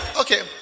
Okay